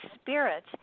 spirit